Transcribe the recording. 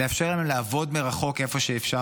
לאפשר להם לעבוד מרחוק איפה שאפשר,